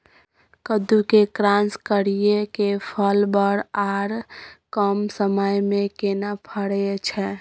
कद्दू के क्रॉस करिये के फल बर आर कम समय में केना फरय छै?